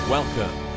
Welcome